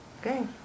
Okay